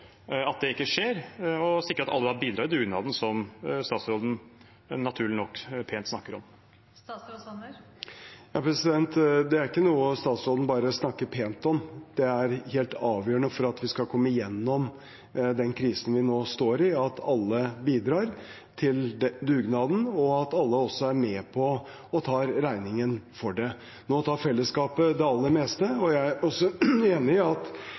at det ikke skjer, og slik sikre at alle bidrar i dugnaden som statsråden – naturlig nok – snakker pent om? Det er ikke noe statsråden bare snakker pent om. Det er helt avgjørende for at vi skal komme gjennom den krisen vi nå står i, at alle bidrar til dugnaden, og at alle også er med på å ta regningen for det. Nå tar fellesskapet det aller meste, og jeg er enig i at